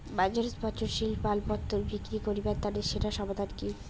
বাজারত পচনশীল মালপত্তর বিক্রি করিবার তানে সেরা সমাধান কি?